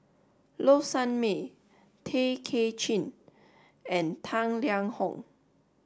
Low Sanmay Tay Kay Chin and Tang Liang Hong